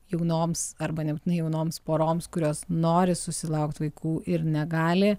jaunoms arba nebūtinai jaunoms poroms kurios nori susilaukti vaikų ir negali